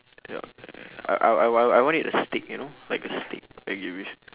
ya I I I I want it a steak you know like a steak ok with